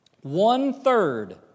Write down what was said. one-third